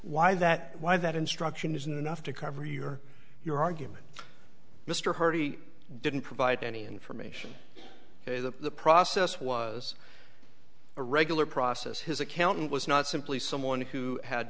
why that why that instruction isn't enough to cover your your argument mr hardy didn't provide any information hey that the process was a regular process his accountant was not simply someone who had